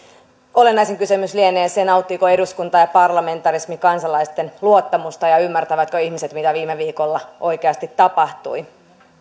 olennaisin kysymys lienee se nauttiiko eduskunta ja parlamentarismi kansalaisten luottamusta ja ja ymmärtävätkö ihmiset mitä viime viikolla oikeasti tapahtui